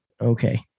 Okay